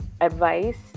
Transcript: advice